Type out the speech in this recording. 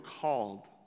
called